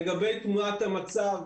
לגבי תמונת המצב